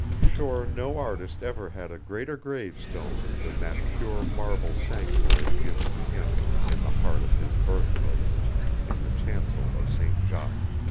sure no artist ever had a greater gravestone than that pure marble sanctuary gives to him in the heart of his birthplace in the chancel of st. jacques.